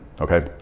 okay